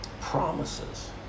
promises